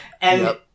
and-